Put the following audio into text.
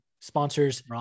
Sponsors